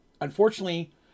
unfortunately